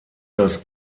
das